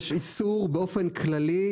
יש איסור באופן כללי,